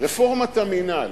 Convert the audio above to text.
רפורמת המינהל.